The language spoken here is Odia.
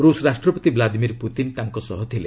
ରୂଷ ରାଷ୍ଟ୍ରପତି ଭ୍ଲାଦିମିର୍ ପୁତିନ୍ ତାଙ୍କ ସହ ଥିଲେ